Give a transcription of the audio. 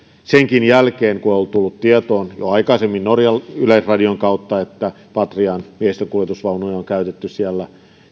senkin jälkeen kun on tullut tietoon jo aikaisemmin norjan yleisradion kautta että patrian miehistönkuljetusvaunuja on käytetty siellä